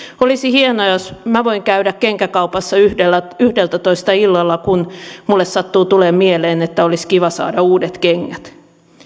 olisi hienoa jos minä voin käydä kenkäkaupassa yhdeltätoista yhdeltätoista illalla kun minulle sattuu tulemaan mieleen että olisi kiva saada uudet kengät